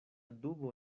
dubo